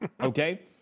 okay